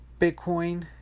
Bitcoin